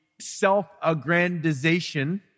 self-aggrandization